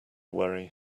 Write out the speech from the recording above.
worry